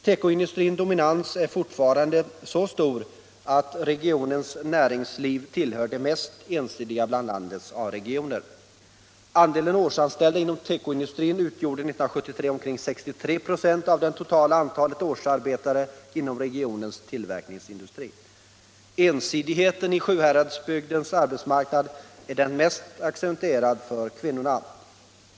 Tekoindustrins dominans är fortfarande så stor att regionens näringsliv tillhör de mest ensidiga bland landets A-regioner. Andelen årsanställda inom tekoindustrin utgjorde 1973 omkring 63 26 av det totala antalet årsarbetare inom regionens tillverkningsindustri. Ensidigheten i Sjuhäradsbygdens arbetsmarknad är mest accentuerad för kvinnorna.